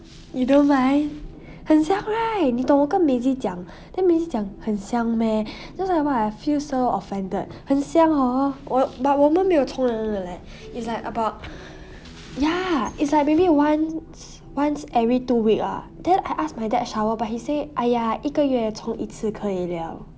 you don't mind 很香 right 你懂我跟 maisie 讲 then maisie 讲很香 meh then I feel so offended 很香 hor but 我们没有冲凉的 leh it's like about ya it's like may be once once every two week ah then I asked my dad shower but he say !aiya! 一个月冲一次可以了